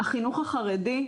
החינוך החרדי,